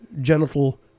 genital